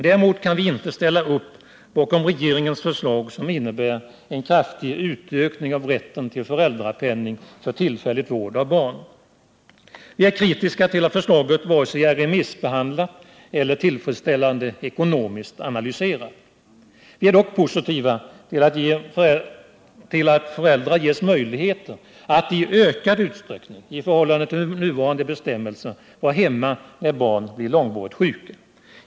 Däremot kan vi inte ställa oss bakom det regeringsförslag som innebär en kraftig utökning av rätten till föräldrapenning för tillfällig vård av barn. Vi är kritiska till att förslaget varken är remissbehandlat eller är tillfredsställande ekonomiskt analyserat. Vi är dock positiva till att föräldrar ges möjligheter att i ökad utsträckning i förhållande till nuvarande bestämmelser vara hemma när barnen blir långvarigt sjuka.